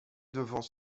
devant